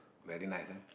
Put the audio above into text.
very nice ah